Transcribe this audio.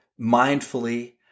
mindfully